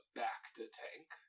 back-to-tank